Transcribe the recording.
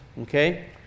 okay